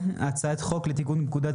על סדר היום: הצעת חוק לתיקון פקודת